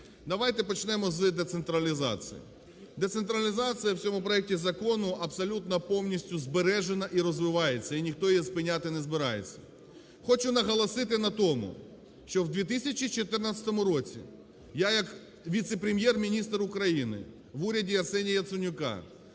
Давайте почнемо з децентралізації. Децентралізація в цьому проекті закону абсолютно повністю збережена і розвивається і ніхто її спиняти не збирається. Хочу наголосити на тому, що в 2014 році я як Віце-прем'єр-міністр України в уряді Арсенія Яценюка